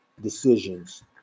decisions